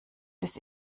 des